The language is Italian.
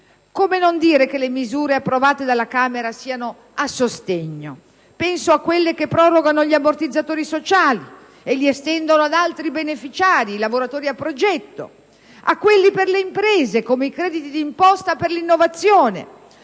Come non dire che le misure approvate dalla Camera sono "a sostegno"? Penso a quelle che prorogano gli ammortizzatori sociali e li estendono ad altri beneficiari (i lavoratori a progetto), a quelle per le imprese (come i crediti di imposta per l'innovazione